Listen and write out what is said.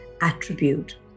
attribute